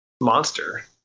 monster